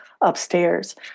upstairs